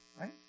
Right